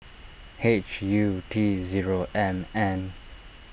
H U T zero M N